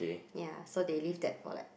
ya so they leave that for like